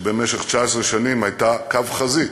שבמשך 19 שנים הייתה קו חזית,